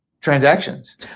transactions